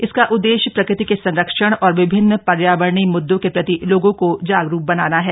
इसका उद्देश्य प्रक्रति के संरक्षण और विभिन्न पर्यावरणीय मुददों के प्रति लोगों को जागरूक बनाना है